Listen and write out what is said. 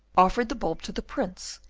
offered the bulb to the prince,